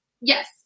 yes